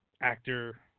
actor